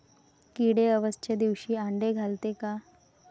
किडे अवसच्या दिवशी आंडे घालते का?